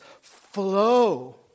flow